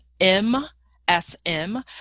M-S-M